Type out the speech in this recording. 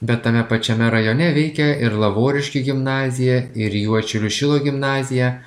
bet tame pačiame rajone veikia ir lavoriškių gimnazija ir juodšilių šilo gimnazija